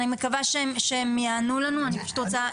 אני מקווה שהם יענו לנו, אני פשוט רוצה...